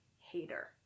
hater